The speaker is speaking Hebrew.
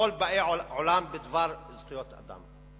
לכל באי עולם, בדבר זכויות אדם.